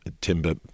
timber